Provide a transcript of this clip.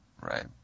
Right